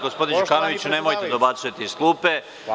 Gospodine Đukanoviću, nemojte da dobacujete iz klupe.